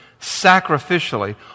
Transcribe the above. sacrificially